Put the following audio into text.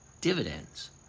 dividends